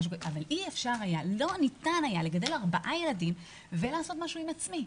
אבל לא ניתן היה לגדל ארבעה ילדים ולעשות משהו עם עצמי.